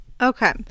Okay